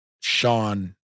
Sean